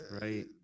Right